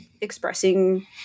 expressing